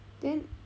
then